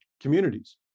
communities